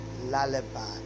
lullaby